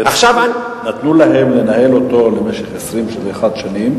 נתנו להם לנהל אותו למשך 21 שנים,